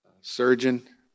surgeon